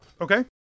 Okay